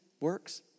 works